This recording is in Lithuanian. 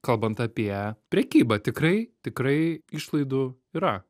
kalbant apie prekybą tikrai tikrai išlaidų yra